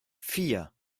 vier